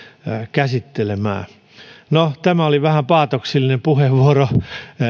käsittelemään no tämä oli vähän paatoksellinen puheenvuoro